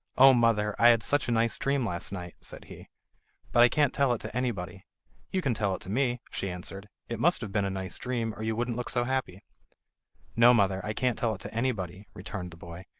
oh, mother, i had such a nice dream last night said he but i can't tell it to anybody you can tell it to me she answered. it must have been a nice dream, or you wouldn't look so happy no, mother i can't tell it to anybody returned the boy,